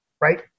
right